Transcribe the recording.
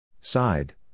Side